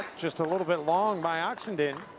just a little bit long by oxenden.